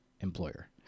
employer